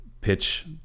pitch